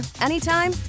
anytime